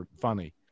funny